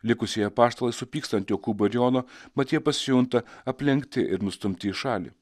likusieji apaštalai supyksta ant jokūbo ir jono mat jie pasijunta aplenkti ir nustumti į šalį